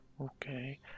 Okay